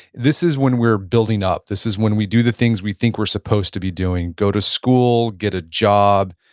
this is when we're building up. this is when we do the things we think we're supposed to be doing. go to school, get a job,